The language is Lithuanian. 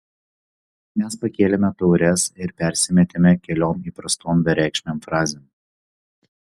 mes pakėlėme taures ir persimetėme keliom įprastom bereikšmėm frazėm